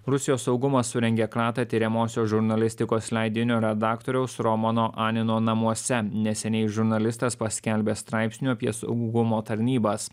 rusijos saugumas surengė kratą tiriamosios žurnalistikos leidinio redaktoriaus romano anino namuose neseniai žurnalistas paskelbė straipsnių apie saugumo tarnybas